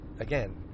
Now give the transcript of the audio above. again